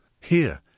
Here